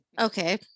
okay